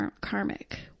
karmic